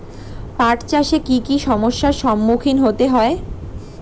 পাঠ চাষে কী কী সমস্যার সম্মুখীন হতে হয়?